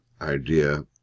idea